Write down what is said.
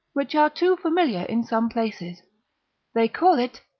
which are too familiar in some places they call it,